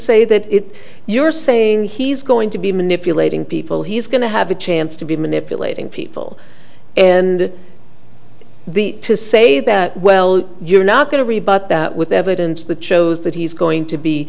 say that if you're saying he's going to be manipulating people he's going to have a chance to be manipulating people and the to say that well you're not going to rebut that with evidence that shows that he's going to be